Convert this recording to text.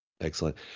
Excellent